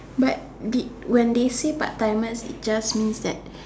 but did when they say part timers it just means that